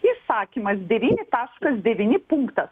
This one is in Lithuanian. įsakymasdevyni taškas devyni punktas